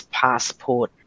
passport